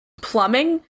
plumbing